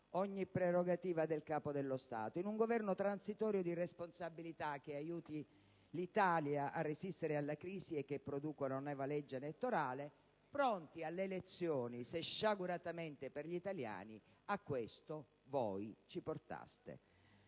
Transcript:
ogni prerogativa del Capo dello Stato - in un Governo transitorio di responsabilità che aiuti l'Italia a resistere alla crisi e che produca una nuova legge elettorale, pronti alle elezioni se - sciaguratamente per gli italiani - a questo voi ci portaste.